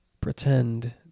pretend